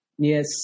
Yes